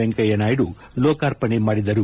ವೆಂಕಯ್ಟನಾಯ್ಡು ಲೋಕಾರ್ಪಣೆ ಮಾಡಿದರು